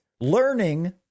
learning